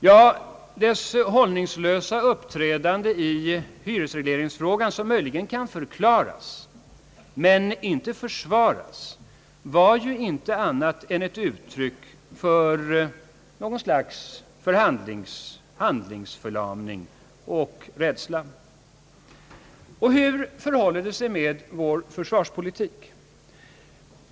Ja, dess hållningslösa uppträdande i hyresregleringsfrågan, som möjligen kan förklaras men inte försvaras, var ju inte annat än ett uttryck för något slags handlingsförlamning och rädsla. Och hur förhåller det sig med vår försvarspolitik?